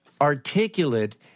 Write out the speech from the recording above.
articulate